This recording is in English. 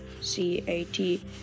C-A-T